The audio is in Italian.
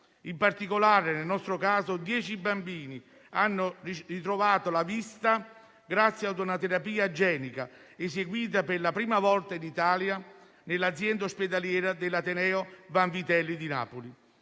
In particolare, in questo caso, dieci bambini hanno ritrovato la vista grazie a una terapia genica, eseguita per la prima volta in Italia nell'azienda ospedaliera dell'Università degli